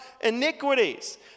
iniquities